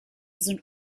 sind